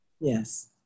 Yes